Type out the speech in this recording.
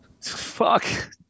Fuck